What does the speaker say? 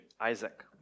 Isaac